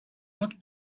what